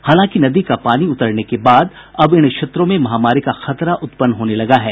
हालांकि नदी का पानी उतरने के बाद अब इन क्षेत्रों में महामारी का खतरा उत्पन्न होने लगा है